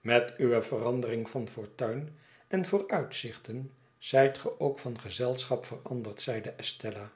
met uwe verandering van fortuin en vooruitzichten zijt ge ook van gezelschap veranderd zeide estella